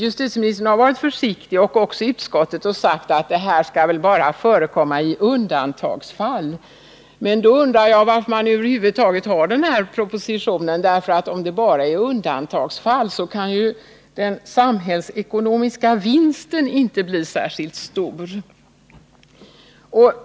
Justitieministern har, liksom utskottet, varit försiktig och sagt att det här bara skall förekomma i undantagsfall. Men då undrar jag varför man över huvud taget antar den här propositionen. Om det bara gäller undantagsfall kan den samhällsekonomiska vinsten inte bli särskilt stor.